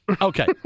Okay